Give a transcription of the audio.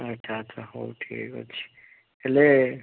ଆଚ୍ଛା ଆଚ୍ଛା ହଉ ଠିକ୍ ଅଛି ହେଲେ